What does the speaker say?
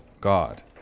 God